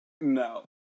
no